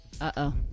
Uh-oh